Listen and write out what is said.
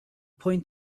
point